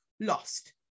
lost